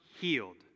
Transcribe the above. healed